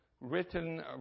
written